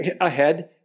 ahead